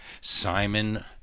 Simon